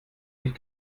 nicht